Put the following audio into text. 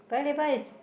Paya-Lebar is